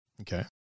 Okay